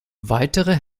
weitere